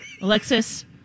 Alexis